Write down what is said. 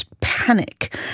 panic